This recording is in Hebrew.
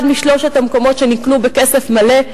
אחד משלושת המקומות שנקנו בכסף מלא.